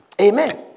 Amen